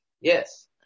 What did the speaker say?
Yes